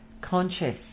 conscious